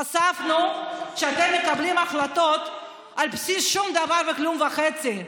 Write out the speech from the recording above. חשפנו שאתם מקבלים החלטות על בסיס שום דבר וכלום וחצי,